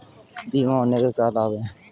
बीमा होने के क्या क्या लाभ हैं?